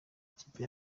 ikipe